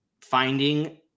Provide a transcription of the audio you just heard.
finding